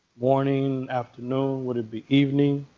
morning, afternoon, would it be evening?